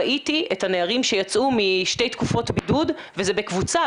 ראיתי את הנערים שיצאו משתי תקופות בידוד וזה בקבוצה.